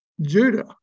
Judah